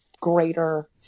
greater